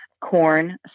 corn